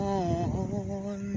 on